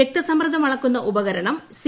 രക്തസമ്മർദം അളക്കുന്ന ഉപകരണം സി